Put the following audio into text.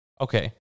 Okay